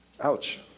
Ouch